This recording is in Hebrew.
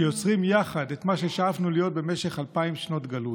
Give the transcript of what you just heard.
שיוצרים יחד את מה ששאפנו להיות במשך אלפיים שנות גלות,